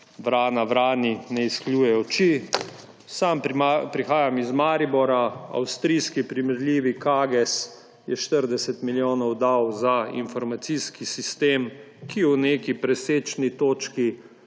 Vrana vrani ne izkljuje oči. Sam prihajam iz Maribora. Avstrijski primerljivi KAGes je 40 milijonov dal za informacijski sistem, ki v neki presečni točki